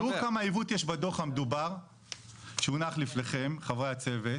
תראו כמה עיוות יש בדו"ח המדובר שהונח לפניכם חברי הצוות,